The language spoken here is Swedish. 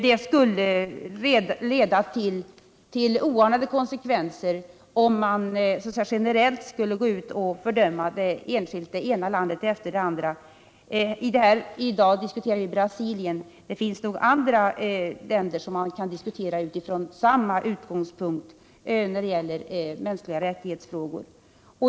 Det skulle leda till oanade konsekvenser om man så att säga generellt skulle gå ut och fördöma enskilt det ena landet efter det andra. I dag diskuterar vi Brasilien. Det finns nog andra länder som man kan diskutera utifrån samma utgångspunkt när det gäller mänskliga rättighetsfrågor.